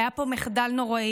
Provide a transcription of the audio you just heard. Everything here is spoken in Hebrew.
היה פה מחדל נורא,